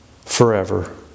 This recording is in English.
forever